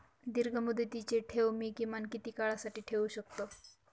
दीर्घमुदतीचे ठेव मी किमान किती काळासाठी ठेवू शकतो?